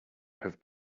have